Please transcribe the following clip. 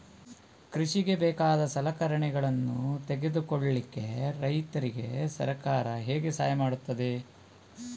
ಕೃಷಿಗೆ ಬೇಕಾದ ಸಲಕರಣೆಗಳನ್ನು ತೆಗೆದುಕೊಳ್ಳಿಕೆ ರೈತರಿಗೆ ಸರ್ಕಾರ ಹೇಗೆ ಸಹಾಯ ಮಾಡ್ತದೆ?